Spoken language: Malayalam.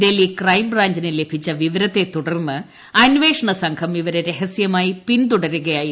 ഡൽഹി ക്രൈം ബ്രാഞ്ചിന് ലഭിച്ച വിവരത്തെ തുടർന്ന് അന്വേഷണ സംഘം ഇവരെ രഹസ്യമായി പിന്തുടരുകയായിരുന്നു